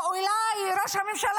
או אולי ראש הממשלה,